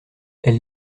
elle